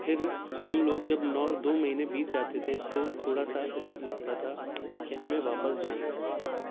پھر ہم لوگ جب نو دو مہینے بیت جاتے تھے تو تھوڑا سا عجیب لگتا تھا کہ ہمیں واپس جانا ہے